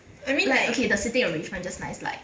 I mean